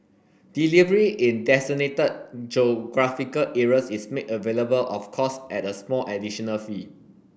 delivery in designated geographical areas is made available of course at a small additional fee